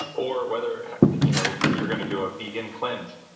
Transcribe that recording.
or whether you know you're going to do a vegan cleanse,